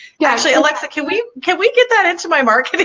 yeah actually alexa can we can we get that into my marketing?